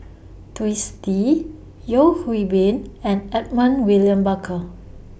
Twisstii Yeo Hwee Bin and Edmund William Barker